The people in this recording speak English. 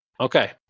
Okay